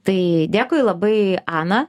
tai dėkui labai ana